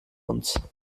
uns